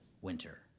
winter